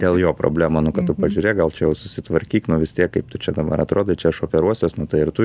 dėl jo problemų nu kad tu pažiūrėk gal čia jau susitvarkyk nu vis tiek kaip tu čia dabar atrodai čia aš operuosiuos nu tai ir tu